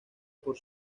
por